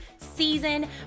season